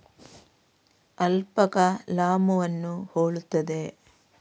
alpaca ಲಾಮೂವನ್ನು ಹೋಲುತ್ತದೆ